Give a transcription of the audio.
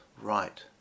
right